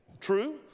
true